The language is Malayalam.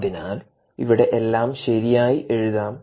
അതിനാൽ ഇവിടെ എല്ലാം ശരിയായി എഴുതാം